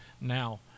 now